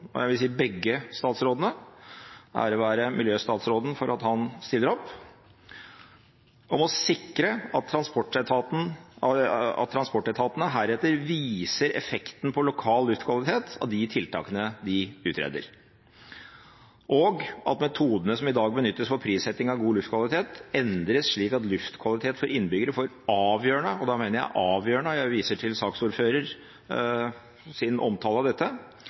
– jeg vil si begge statsrådene, ære være miljøstatsråden for at han stiller opp – om å sikre at transportetatene heretter viser effekten på lokal luftkvalitet av de tiltakene de utreder, og at metodene som i dag benyttes for prissetting av god luftkvalitet, endres, slik at luftkvalitet for innbyggerne får avgjørende – og da mener jeg avgjørende, og jeg viser til saksordførerens omtale av dette